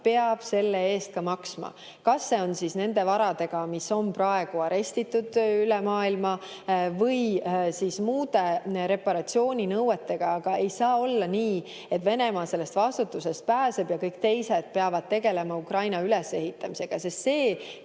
peab selle eest ka maksma. Kas see on siis nende varadega, mis on praegu arestitud üle maailma, või muude reparatsiooninõuetega, aga ei saa olla nii, et Venemaa sellest vastutusest pääseb ja kõik teised peavad tegelema Ukraina ülesehitamisega. See, kes